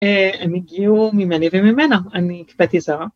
‫הם הגיעו ממני וממנה. ‫אני הקפאתי זרע.